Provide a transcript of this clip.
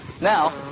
Now